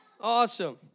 Awesome